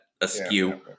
askew